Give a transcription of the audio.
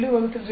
7 0